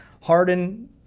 Harden